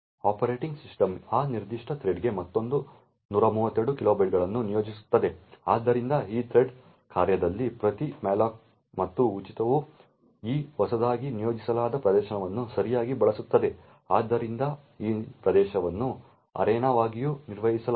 operating system ಆ ನಿರ್ದಿಷ್ಟ ಥ್ರೆಡ್ಗೆ ಮತ್ತೊಂದು 132 ಕಿಲೋಬೈಟ್ಗಳನ್ನು ನಿಯೋಜಿಸುತ್ತದೆ ಆದ್ದರಿಂದ ಈ ಥ್ರೆಡ್ ಕಾರ್ಯದಲ್ಲಿ ಪ್ರತಿ malloc ಮತ್ತು ಉಚಿತವು ಈ ಹೊಸದಾಗಿ ನಿಯೋಜಿಸಲಾದ ಪ್ರದೇಶವನ್ನು ಸರಿಯಾಗಿ ಬಳಸುತ್ತದೆ ಆದ್ದರಿಂದ ಈ ಪ್ರದೇಶವನ್ನು ಅರೇನಾವಾಗಿಯೂ ನಿರ್ವಹಿಸಲಾಗುತ್ತದೆ